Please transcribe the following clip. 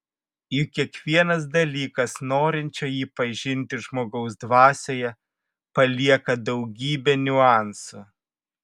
juk kiekvienas dalykas norinčio jį pažinti žmogaus dvasioje palieka daugybę niuansų